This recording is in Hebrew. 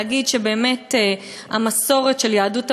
להגיד שבאמת המסורת של יהדות המזרח,